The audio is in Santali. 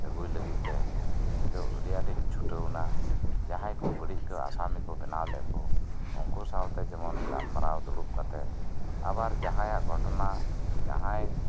ᱟᱹᱜᱩᱭ ᱞᱟᱹᱜᱤᱫ ᱛᱮ ᱤᱧ ᱫᱚ ᱟᱹᱰᱤ ᱟᱴ ᱤᱧ ᱪᱷᱩᱴᱟᱹᱣ ᱮᱱᱟ ᱡᱟᱦᱟᱭ ᱠᱚ ᱵᱟᱹᱲᱤᱡ ᱠᱚ ᱟᱥᱟᱢᱤ ᱠᱚ ᱵᱮᱱᱟᱣ ᱞᱮᱫᱠᱩ ᱩᱱᱠᱩ ᱥᱟᱶᱛᱮ ᱡᱮᱢᱚᱱ ᱜᱟᱞᱢᱟᱨᱟᱣ ᱫᱩᱲᱩᱵ ᱠᱟᱛᱮ ᱟᱵᱟᱨ ᱡᱟᱸᱦᱟᱭᱟᱜ ᱜᱷᱚᱴᱚᱱᱟ ᱡᱟᱸᱦᱟᱭ